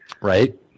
Right